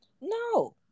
No